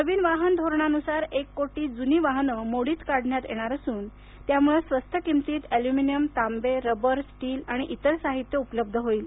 नवीन वाहन धोरणानुसार एक कोटी जुनी वाहनं मोडीत काढण्यात येणार असून त्यामुळं स्वस्त किमतीत अँल्युमिनियम तांबे रबर स्टील आणि इतर साहित्य उपलब्ध होईल